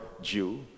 Jew